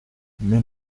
mais